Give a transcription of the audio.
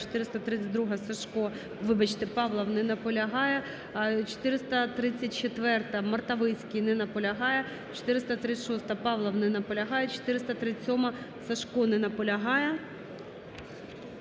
432-а, Сажко. Вибачте, Павлов. Не наполягає. 434-а, Мартовицький. Не наполягає. 436-а, Павлов. Не наполягає. 437-а, Сажко. Не наполягає.